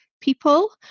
people